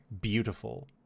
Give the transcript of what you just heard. beautiful